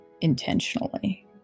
intentionally